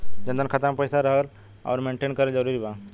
जनधन खाता मे पईसा रखल आउर मेंटेन करल जरूरी बा?